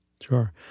Sure